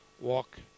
walk